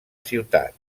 ciutat